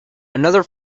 another